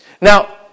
Now